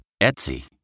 Etsy